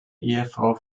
ehefrau